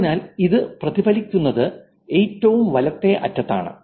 അതിനാൽ ഇത് പ്രതിഫലിക്കുന്നത് ഏറ്റവും വലത്തേ അറ്റത്താണ്